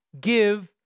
give